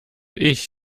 ich